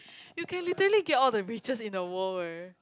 you can literally get all the riches in the world eh